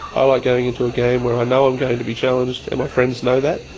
i like going into a game where i know i'm going to be challenged, and my friends know that,